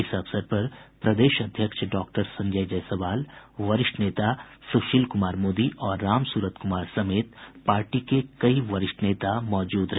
इस अवसर पर प्रदेश अध्यक्ष डॉक्टर संजय जायसवाल वरिष्ठ नेता सुशील कुमार मोदी और रामसूरत कुमार समेत पार्टी के कई वरिष्ठ नेता मौजूद रहे